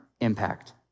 impact